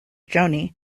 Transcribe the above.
joni